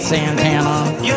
Santana